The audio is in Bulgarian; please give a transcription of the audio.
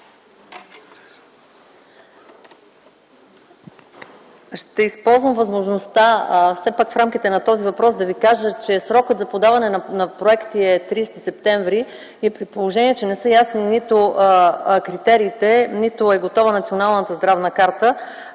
Ще използвам възможността, все пак в рамките на този въпрос да ви кажа, че срокът за подаване на проекти е 30 септември и при положение, че не са ясни нито критериите, нито е готова Националната здравна карта,